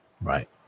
right